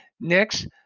Next